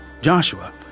Joshua